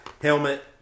Helmet